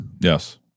Yes